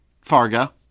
Fargo